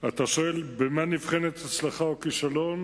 אתה שואל במה נבחנים הצלחה או כישלון?